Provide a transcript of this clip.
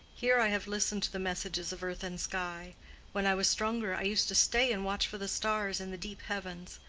here i have listened to the messages of earth and sky when i was stronger i used to stay and watch for the stars in the deep heavens.